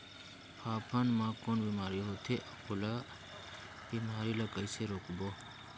फाफण मा कौन बीमारी होथे अउ ओला बीमारी ला कइसे रोकबो?